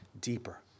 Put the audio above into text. deeper